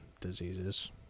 diseases